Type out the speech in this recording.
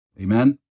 Amen